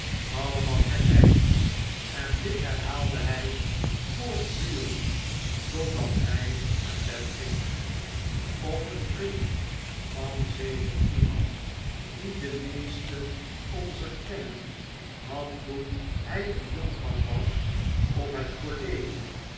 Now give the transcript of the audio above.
allemaal gekheid en dit herhaalde hij voortdurend totdat hy naar bed ging of een vriend van zeker iemand dien de meesten onzer kennen had toen hij een jonkman was op het college